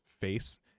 face